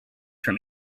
from